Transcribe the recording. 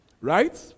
Right